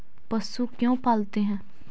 पशु क्यों पालते हैं?